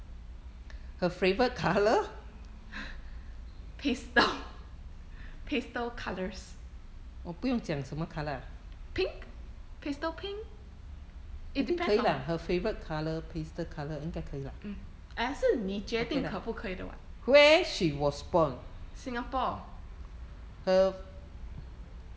pastel pastel colours pink pastel pink it depends on mm !aiya! 是你决定可不可以的 [what] singapore